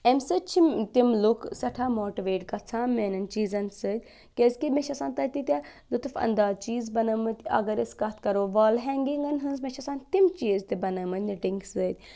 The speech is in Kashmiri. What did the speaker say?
اَمہِ سۭتۍ چھِ تِم لُک سٮ۪ٹھاہ ماٹِویٹ گژھان میٛانٮ۪ن چیٖزَن سۭتۍ کیٛازکہِ مےٚ چھِ آسان تَتہِ تیٖتیٛاہ لُطُف اَنداز چیٖز بَنومُت اَگر أسۍ کَتھ کَرو وال ہینٛگِنٛگَن ہٕنٛز مےٚ چھِ آسان تِم چیٖز تہِ بَنٲمٕتۍ نِٹِنٛگ سۭتۍ